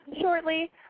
shortly